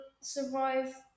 survive